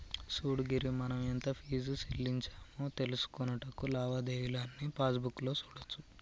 సూడు గిరి మనం ఎంత ఫీజు సెల్లించామో తెలుసుకొనుటకు లావాదేవీలు అన్నీ పాస్బుక్ లో సూడోచ్చు